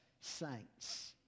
saints